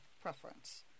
preference